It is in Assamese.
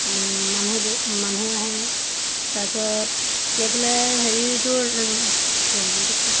মানুহ বহু মানুহ আহে তাৰপিছত এইফালে হেৰিটো ৰঙামাটিত কি আছিলে